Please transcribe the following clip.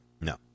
No